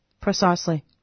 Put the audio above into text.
Precisely